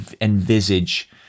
envisage